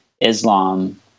Islam